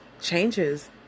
changes